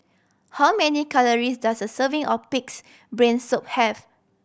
how many calories does a serving of Pig's Brain Soup have